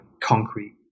concrete